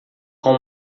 com